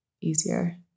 easier